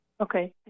Okay